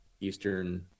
eastern